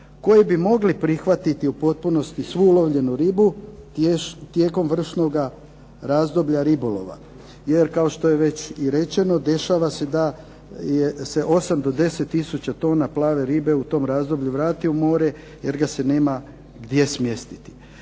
koji bi mogli prihvatiti u potpunosti svu ulovljenu ribu tijekom vršnoga razdoblja ribolova. Jer kao što je već i rečeno dešava se da se 8-10 tisuća tona plave ribe u tom razdoblju vrati u more jer ga se nema gdje smjestiti.